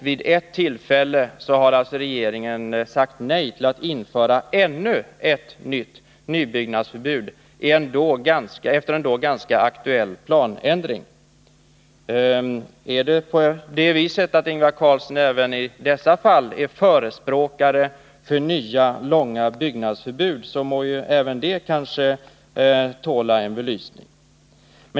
Vid ett tillfälle har alltså regeringen sagt nej till att införa ännu ett nytt nybyggnadsförbud efter en då ganska aktuell planändring. Om Ingvar Carlsson även i dessa fall är förespråkare för nya, långa byggnadsförbud, må även detta tåla en belysning.